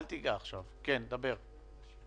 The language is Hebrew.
עד לרגע זה, זה הוסדר?